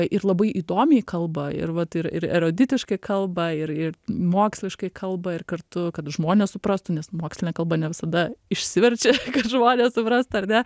ir labai įdomiai kalba ir vat ir ir eruditiškai ir ir moksliškai kalba ir kartu kad žmonės suprastų nes mokslinė kalba ne visada išsiverčia kad žmonės suprastų ar ne